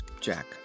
Jack